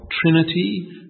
Trinity